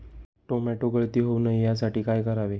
Tomato गळती होऊ नये यासाठी काय करावे?